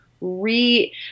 re